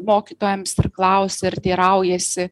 mokytojams ir klausia ir teiraujasi